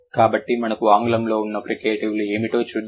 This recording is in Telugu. కాబట్టి మనకు ఆంగ్లంలో ఉన్న ఫ్రికేటివ్లు ఏమిటో చూద్దాం